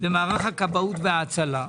במערך הכבאות וההצלה,